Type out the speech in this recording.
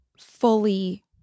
fully